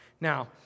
Now